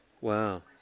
Wow